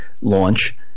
launch